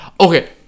Okay